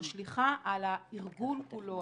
והיא משליכה על הארגון כולו,